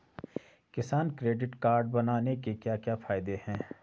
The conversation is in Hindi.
किसान क्रेडिट कार्ड बनाने के क्या क्या फायदे हैं?